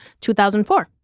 2004